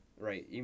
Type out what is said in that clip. right